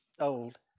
old